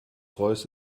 royce